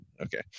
Okay